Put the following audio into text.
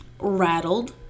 rattled